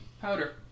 powder